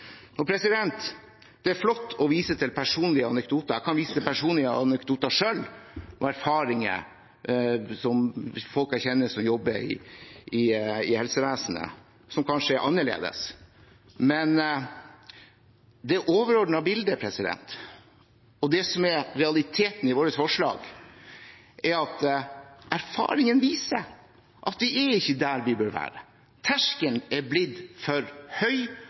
Det er flott å vise til personlige anekdoter. Jeg kan vise til personlige anekdoter selv, og til erfaringer fra folk jeg kjenner som jobber i helsevesenet, som kanskje er annerledes. Men det overordnede bildet og det som er realiteten i vårt forslag, er at erfaring viser at vi ikke er der vi bør være. Terskelen er blitt for høy.